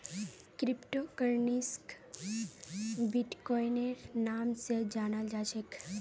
crypto करन्सीक बिट्कोइनेर नाम स जानाल जा छेक